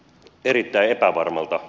erittäin epävarmalta